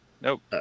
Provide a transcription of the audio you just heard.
Nope